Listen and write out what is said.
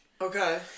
Okay